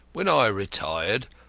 when i retired,